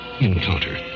Encounter